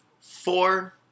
four